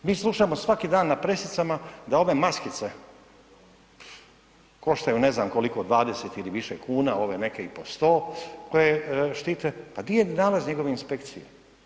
Mi slušamo svaki dan na pressicama, da ove maskice koštaju ne znam koliko, 20 ili više kuna, ove neke i po 100, koje štite, pa gdje je nalaz njegove inspekcije?